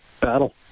battle